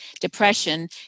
depression